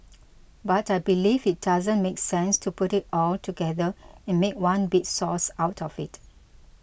but I believe it doesn't make sense to put it all together and make one big sauce out of it